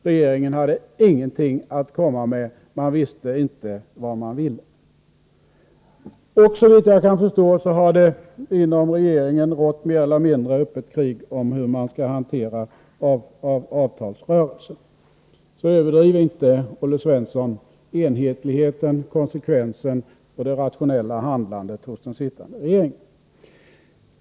Regeringen hade ingenting att komma med — man visste inte vad man ville. Och såvitt jag kan förstå har det inom regeringen rått mer eller mindre öppet krig om hur man skall hantera avtalsrörelsen. Så överdriv inte, Olle Svensson, enhetligheten, konsekvensen och det rationella handlandet hos den sittande regeringen!